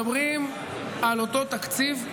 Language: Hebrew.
איפה המקור התקציבי,